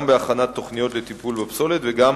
גם בהכנת תוכניות לטיפול בפסולת וגם